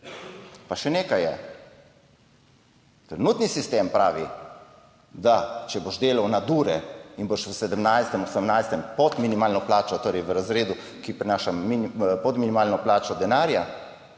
Pa še nekaj je: trenutni sistem pravi, da če boš delal nadure in boš v 17., 18., pod minimalno plačo, torej v razredu, ki prinaša pod minimalno plačo denarja,